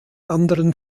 anderen